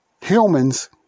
Humans